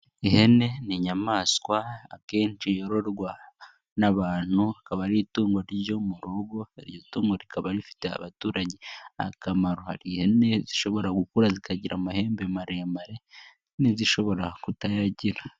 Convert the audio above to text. Ihene ni inyamaswa akenshi yororwa n'abantu akaba ari itungo ryo mu rugo, iryo tungo rikaba rifitetiye abaturage akamaro, hari ihene zishobora gukura zikagira amahembe maremare n'izishobora kutayagira.